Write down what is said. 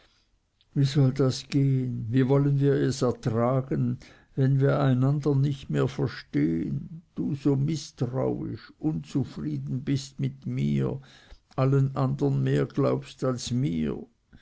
wie soll das gehen wie wollen wir es ertragen wenn wir einander nicht mehr verstehen du so mißtrauisch so unzufrieden bist mit mir allen andern mehr glaubst als mir